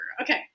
okay